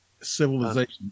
civilization